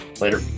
Later